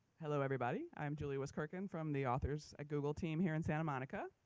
hello everybody, i'm julie wiskirchen from the authors at google team here in santa monica.